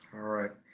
all right.